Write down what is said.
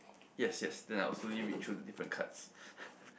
yes yes then I will slowly read through the different cards